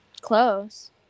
Close